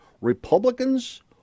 republicans